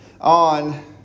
on